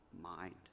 mind